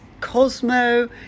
Cosmo